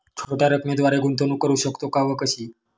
छोट्या रकमेद्वारे गुंतवणूक करू शकतो का व कशी?